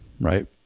right